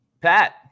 pat